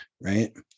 right